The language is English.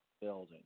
building